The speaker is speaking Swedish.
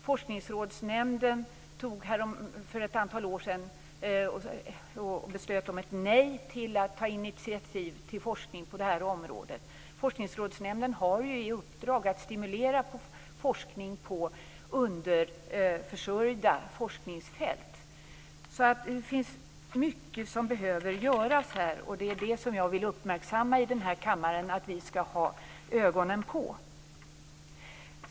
Forskningsrådsnämnden beslöt för ett antal år sedan att säga nej till att ta initiativ till forskning på det här området. Forskningsrådsnämnden har ju i uppdrag att stimulera forskning på underförsörjda forskningsfält. Det finns mycket som behöver göras här, och det är det som jag vill uppmärksamma i den här kammaren att vi skall ha ögonen på.